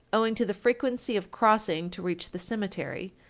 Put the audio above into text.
owing to the frequency of crossing to reach the cemetery,